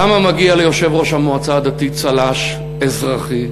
למה מגיע ליושב-ראש המועצה הדתית צל"ש אזרחי,